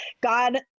god